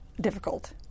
difficult